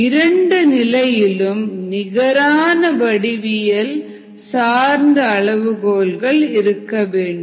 இரண்டு நிலையிலும் நிகரான வடிவியல் சார்ந்த அளவுகோல்கள் இருக்க வேண்டும்